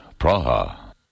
Praha